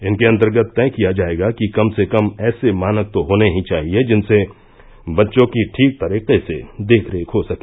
इनके अंतर्गत तय किया जाएगा कि कम से कम ऐसे मानक तो होने ही चाहिए जिनसे बच्चों की ठीक तरीके से देखरेख हो सके